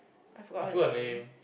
I forgot her name